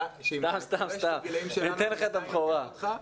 אתן לך את הבכורה.